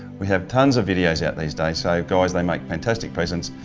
we have tons of videos out these days, so guys they make fantastic presents.